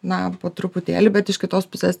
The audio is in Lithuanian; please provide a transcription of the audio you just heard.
na po truputėlį bet iš kitos pusės